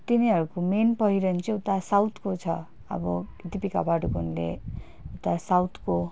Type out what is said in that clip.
तिनीहरूको मेन पहिरण चाहिँ उता साउथको छ अब दिपिका पाडुकोनले उता साउथको